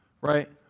right